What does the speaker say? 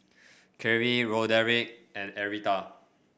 Carey Roderick and Arietta